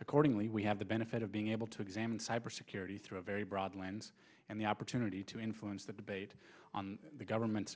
accordingly we have the benefit of being able to examine cybersecurity through a very broad lens and the opportunity to influence the debate on the government's